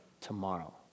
tomorrow